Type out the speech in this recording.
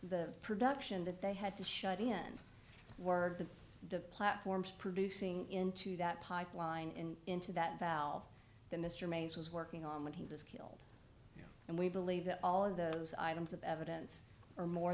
the production that they had to shut in word to the platforms producing into that pipeline in into that valve that mr mains was working on when he was killed and we believe that all of those items of evidence are more